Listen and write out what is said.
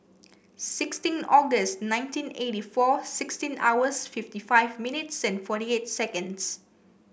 sixteen August nineteen eighty four sixteen hours fifty five minutes and forty eight seconds